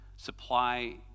supply